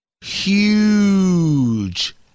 huge